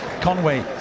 Conway